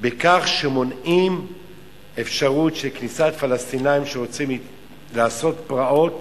בכך שמונעים אפשרות של כניסת פלסטינים שרוצים לעשות פרעות.